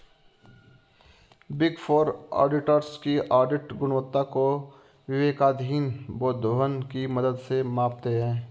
big four auditors की audit गुणवत्ता को विवेकाधीन प्रोद्भवन की मदद से मापते हैं